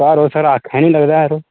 घर सर ओह् आक्खै निं लगदा ऐ सर ओह्